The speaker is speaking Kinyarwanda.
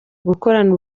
gukorana